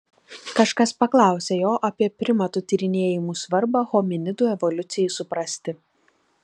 kažkas paklausė jo apie primatų tyrinėjimų svarbą hominidų evoliucijai suprasti